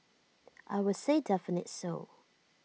I would say definitely so